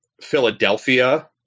Philadelphia